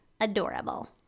adorable